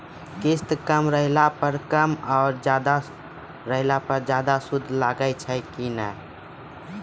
किस्त कम रहला पर कम और ज्यादा रहला पर ज्यादा सूद लागै छै कि नैय?